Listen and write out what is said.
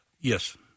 Yes